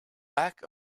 back